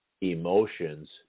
emotions